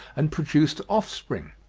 and produced offspring.